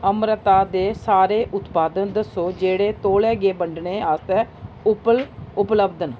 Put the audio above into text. अमृता दे सारे उत्पादन दस्सो जेह्ड़े तौले गै बंडने आस्तै उपलब्ध न